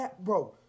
bro